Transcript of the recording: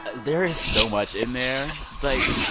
there is so much in there. like,